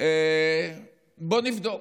בואו נבדוק.